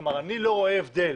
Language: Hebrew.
אני לא רואה הבדל